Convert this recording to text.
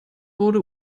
wurde